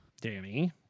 Danny